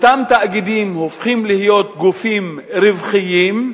אותם תאגידים הופכים להיות גופים רווחיים,